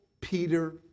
Peter